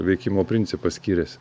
veikimo principas skiriasi